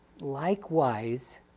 Likewise